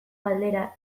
galdera